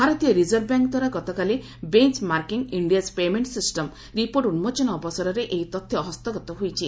ଭାରତୀୟ reserve bank ଦ୍ୱାରା ଗତକାଲି 'benchmarking India's payment system' report ଉନ୍କୋଚନ ଅବସରରେ ଏହି ତଥ୍ୟ ହସ୍ତଗତ ହୋଇଛି